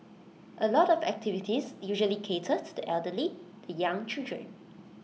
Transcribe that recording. A lot of activities usually cater to the elderly the young children